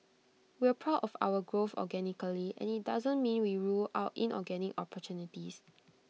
we're proud of our growth organically and IT doesn't mean we rule out inorganic opportunities